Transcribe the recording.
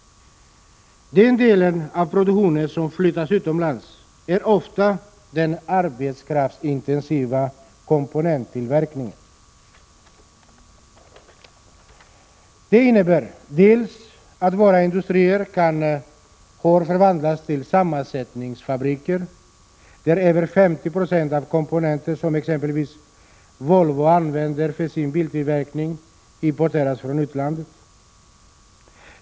Den del av produktionen som flyttas utomlands är ofta den arbetskraftsintensiva komponenttillverkningen. Det innebär bl.a. att våra industrier förvandlas till sammansättningsfabriker, där över 50 96 av komponenterna — som t.ex. Volvo använder för sin biltillverkning — importeras från utlandet.